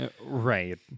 Right